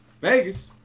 Vegas